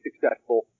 successful